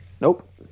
Nope